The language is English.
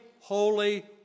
holy